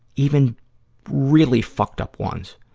even really fucked up ones.